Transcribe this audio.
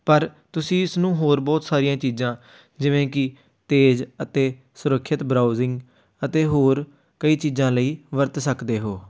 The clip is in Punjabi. ਪਰ ਤੁਸੀਂ ਇਸ ਨੂੰ ਹੋਰ ਬਹੁਤ ਸਾਰੀਆਂ ਚੀਜ਼ਾਂ ਜਿਵੇਂ ਕਿ ਤੇਜ਼ ਅਤੇ ਸੁਰੱਖਿਅਤ ਬਰਾਊਜਿੰਗ ਅਤੇ ਹੋਰ ਕਈ ਚੀਜ਼ਾਂ ਲਈ ਵਰਤ ਸਕਦੇ ਹੋ